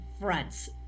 fronts